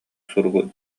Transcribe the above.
суругу